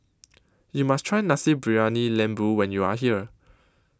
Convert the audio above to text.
YOU must Try Nasi Briyani Lembu when YOU Are here